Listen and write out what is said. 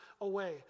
away